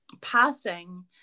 passing